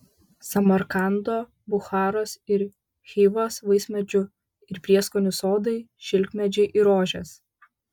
samarkando bucharos ir chivos vaismedžių ir prieskonių sodai šilkmedžiai ir rožės